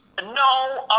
No